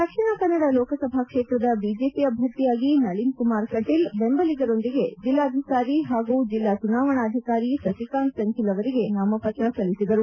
ದಕ್ಷಿಣ ಕನ್ನಡ ಲೋಕಸಭಾ ಕ್ಷೇತ್ರದ ಬಿಜೆಪಿ ಅಭ್ಯರ್ಥಿಯಾಗಿ ನಳನ್ ಕುಮಾರ್ ಕಟೀಲ್ ಬೆಂಬಲಿಗರೊಂದಿಗೆ ಜೆಲ್ಲಾಧಿಕಾರಿ ಹಾಗೂ ಜೆಲ್ಲಾ ಚುನಾವಣಾಧಿಕಾರಿ ಸಸಿಕಾಂತ್ ಸೆಂಥಿಲ್ ಅವರಿಗೆ ನಾಮಪತ್ರ ಸಲ್ಲಿಸಿದರು